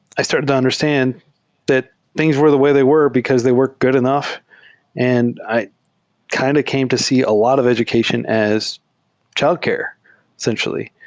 i started to understand that things were the way they were because they were good enough and i kind of came to see a lot of education as childcare essentially.